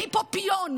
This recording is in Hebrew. אני פה פיון.